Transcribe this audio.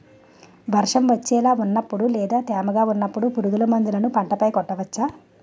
వర్షం వచ్చేలా వున్నపుడు లేదా తేమగా వున్నపుడు పురుగు మందులను పంట పై కొట్టవచ్చ?